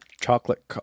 chocolate